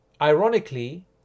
ironically